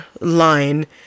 line